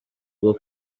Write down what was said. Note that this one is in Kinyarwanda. bwo